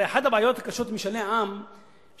הרי אחת הבעיות הקשות במשאלי עם היא,